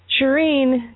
Shireen